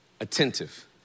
attentive